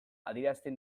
adierazten